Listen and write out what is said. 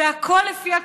והכול לפי הכללים.